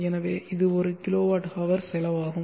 எனவே இது ஒரு kWhசெலவாகும்